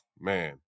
man